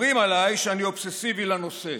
אומרים עליי שאני אובססיבי לנושא.